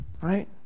right